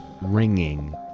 ringing